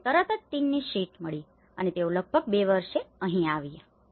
તેઓને તરત જ ટીનની શીટ મળી અને તેઓ લગભગ બે વર્ષ અહીં રહ્યા